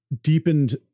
deepened